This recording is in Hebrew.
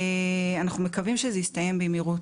אנחנו מקווים שזה יסתיים במהירות.